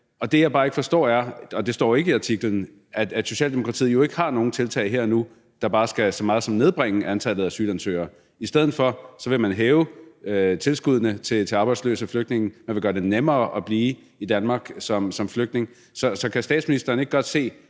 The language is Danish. Det, jeg bare ikke forstår, er, og det står ikke i artiklen, at Socialdemokratiet jo ikke har nogen tiltag her og nu, der skal bare så meget som nedbringe antallet af asylansøgere. I stedet for vil man hæve tilskuddene til arbejdsløse flygtninge, og man vil gøre det nemmere at blive i Danmark som flygtning. Så kan statsministeren ikke godt